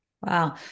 Wow